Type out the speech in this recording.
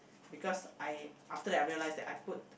because I after that I realise that I put